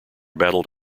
battled